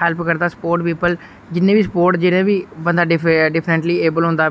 help करदा support people जिन्ने बी स्पोर्ट जिन्ने बी बंदा डिफरेंटली एबल होंदा